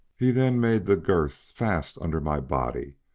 he then made the girths fast under my body,